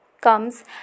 comes